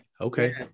Okay